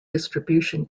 distribution